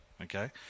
okay